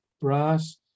brass